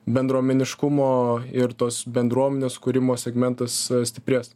bendruomeniškumo ir tos bendruomenės kūrimo segmentas stiprės